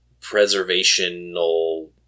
preservational